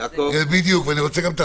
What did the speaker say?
ח'